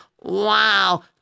Wow